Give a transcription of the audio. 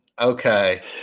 Okay